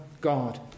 God